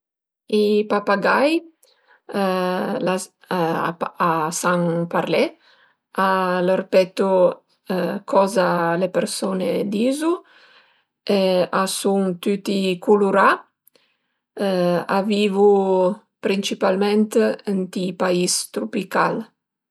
I papagai a san parlé, al ërpetu coze le persun-z dizu, a sun tüti culurà, a vivu principalment ënt i pais trupical